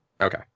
Okay